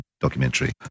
documentary